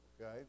okay